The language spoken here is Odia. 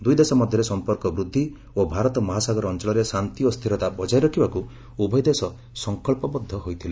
ଦୂଇ ଦେଶ ମଧ୍ୟରେ ସମ୍ପର୍କ ବୃଦ୍ଧି ଓ ଭାରତ ମହାସାଗର ଅଞ୍ଚଳରେ ଶାନ୍ତି ଓ ସ୍ଥିରତା ବଜାୟ ରଖିବାକୁ ଉଭୟ ଦେଶ ସଙ୍କଳ୍ପବଦ୍ଧ ହୋଇଥିଲେ